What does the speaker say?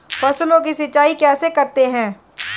फसलों की सिंचाई कैसे करते हैं?